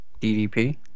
DDP